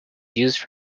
used